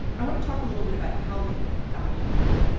i to talk a little bit about how they got here.